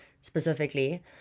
specifically